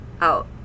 out